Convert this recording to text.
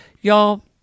Y'all